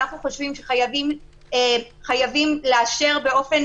אנחנו חושבים שחייבים לאשר באופן